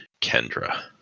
Kendra